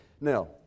Now